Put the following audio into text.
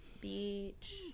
beach